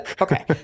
Okay